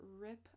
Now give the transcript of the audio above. rip